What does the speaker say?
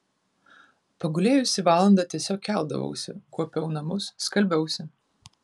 pagulėjusi valandą tiesiog keldavausi kuopiau namus skalbiausi